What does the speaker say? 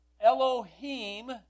Elohim